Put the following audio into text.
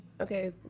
Okay